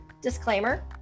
disclaimer